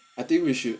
I think we should